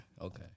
Okay